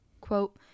quote